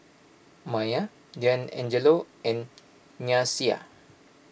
Mya Deangelo and Nyasia